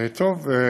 טוב,